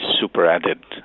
super-added